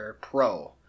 Pro